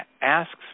asks